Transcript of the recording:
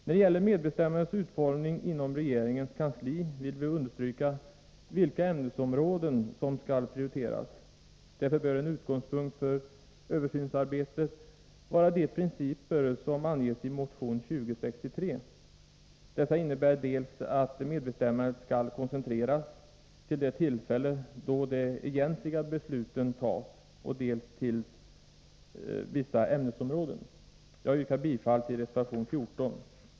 När det gäller medbestämmandets utformning inom regeringens kansli vill vi understryka vilka ämnesområden som skall prioriteras. Därför bör en utgångspunkt för översynsarbetet vara de principer som anges i motion 2063. Dessa innebär dels att medbestämmandet skall koncentreras till det tillfälle då det egentliga beslutet fattas, dels till vissa ämnesområden. Jag yrkar bifall till reservation 14.